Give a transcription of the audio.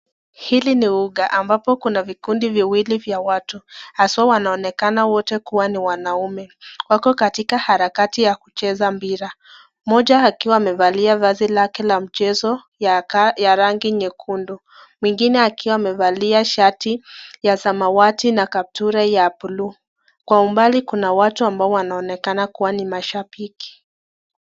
Hili ni uga ambapo kuna vikundi viwili vya watu haswa wanaonekana wote kuwa ni wanaume. Wako katika harakati ya kucheza mpira, mmoja akiwa amevalia vazi lake la mchezo ya rangi nyekundu, mwingine akiwa amevalia shati ya samawati na kaptura ya buluu. Kwa umbali kuna watu ambao wanaonekana kuwa ni mashambiki.